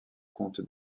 comte